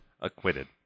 acquitted